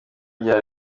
rya